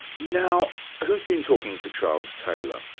now who's been talking to charles taylor?